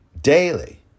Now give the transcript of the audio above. daily